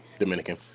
dominican